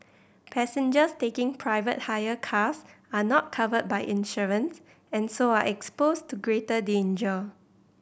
passengers taking private hire cars are not covered by insurance and so are exposed to greater danger